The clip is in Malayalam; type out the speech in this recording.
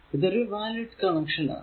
ഇതൊരു വാലിഡ് കണക്ഷൻ ആണ്